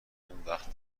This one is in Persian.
اونوقت